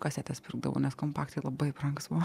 kasetes pirkdavau nes kompaktai labai brangūs buvo